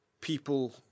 people